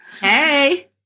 Hey